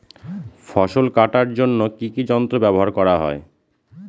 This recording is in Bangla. ফসল কাটার জন্য কি কি যন্ত্র ব্যাবহার করা হয়?